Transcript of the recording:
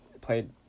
played